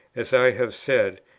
as i have said,